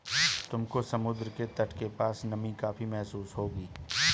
तुमको समुद्र के तट के पास नमी काफी महसूस होगी